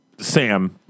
Sam